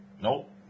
Nope